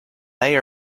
may